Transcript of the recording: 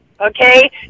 Okay